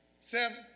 Seven